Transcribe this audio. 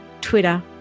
Twitter